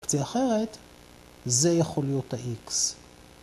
‫אופציה אחרת, זה יכול להיות ה-X.